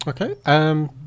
okay